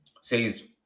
says